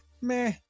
meh